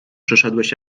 przyszedłeś